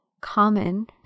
common